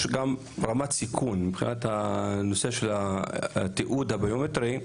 גם רמת סיכון מבחינת נושא התיעוד הביומטרי.